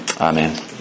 Amen